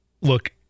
Look